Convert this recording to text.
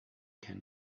can